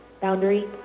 Boundary